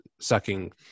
sucking